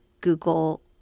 Google